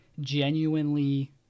genuinely